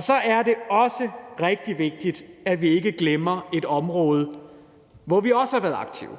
Så er det også rigtig vigtigt, at vi ikke glemmer et område, hvor vi også har været aktive,